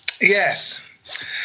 yes